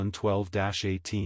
12-18